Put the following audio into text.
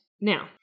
now